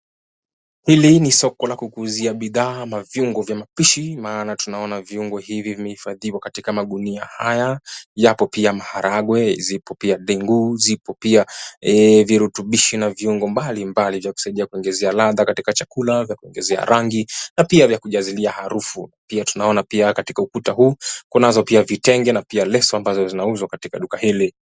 Hili ni soko la kukuuzia bidhaa, ama viungo ya mapishi. Maana tunaona viungo hivi vimehifadhiwa katika magunia haya, yapo pia maharagwe, zipo pia ndengu, zipo pia virutubisho na viungo mbali mbali vya kusaidia kuongezea ladha katika chakula, vya kuongezea rangi, na pia vya kujazilia harufu. Pia tunaona pia katika ukuta huu, kunazo pia vitenge, na pia leso, ambazo zinauzwa katika duka hili.